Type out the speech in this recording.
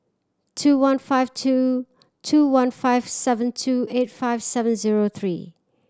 two one five two two one five seven two eight five seven zero three